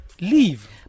leave